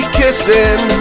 kissing